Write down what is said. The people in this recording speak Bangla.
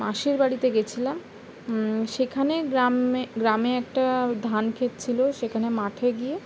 মাসির বাড়িতে গেছিলাম সেখানে গ্রামে গ্রামে একটা ধান খেত ছিলো সেখানে মাঠে গিয়ে